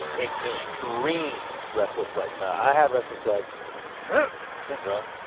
extreme restless legs. now i have restless legs syndrome.